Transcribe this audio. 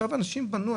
אנשים בנו,